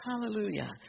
Hallelujah